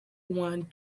wand